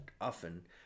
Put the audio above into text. often